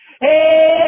hey